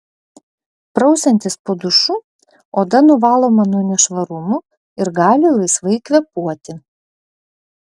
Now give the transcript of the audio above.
prausiantis po dušu oda nuvaloma nuo nešvarumų ir gali laisvai kvėpuoti